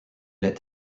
est